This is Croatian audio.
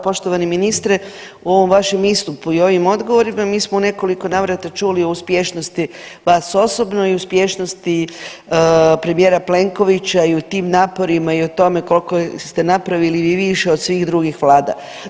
Poštovani ministre, u ovom vašem istupu i ovim odgovorima mi smo u nekoliko navrata čuli o uspješnosti vas osobnosti i uspješnosti premijera Plenkovića i u tim naporima i o tome koliko ste napravili više od svih drugih vlada.